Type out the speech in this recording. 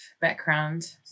background